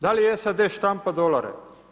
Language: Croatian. Da li SAD štampa dolare?